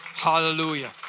Hallelujah